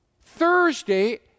Thursday